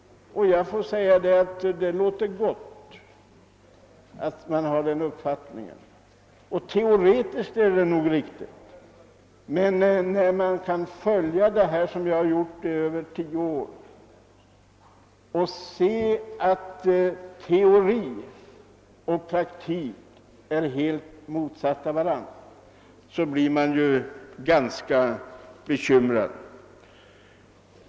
Det låter ju bra, och teoretiskt är det nog riktigt. Men när man som jag har kunnat följa detta i över tio år och sett att teori och praktik är helt motsatta varandra blir man bekymrad.